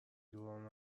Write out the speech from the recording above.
دوران